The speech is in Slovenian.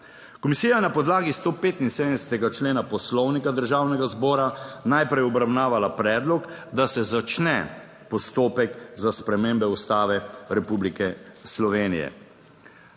Komisija je na podlagi 175. člena Poslovnika Državnega zbora najprej obravnavala predlog, da se začne postopek za spremembo Ustave Republike Slovenije.